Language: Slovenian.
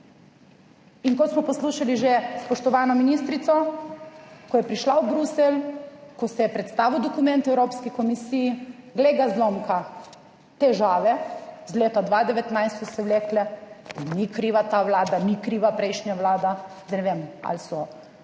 In kot smo poslušali že spoštovano ministrico, ko je prišla v Bruselj, ko se je predstavil dokument Evropski komisiji, glej ga zlomka, težave, iz leta 2019 so se vlekle in ni kriva ta Vlada, ni kriva prejšnja Vlada. Zdaj ne vem ali so ali